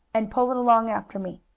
and pull it along after me.